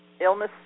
illness